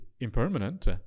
impermanent